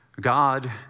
God